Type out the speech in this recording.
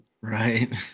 Right